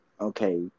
okay